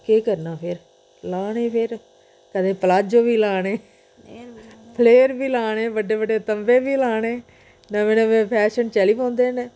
केह् करना फिर लाने फिर कदें पलाजो बी लाने फ्लेयर बी लाने बड्डे बड्डे तम्बें बी लाने नमें नमें फैशन चली पौंदे न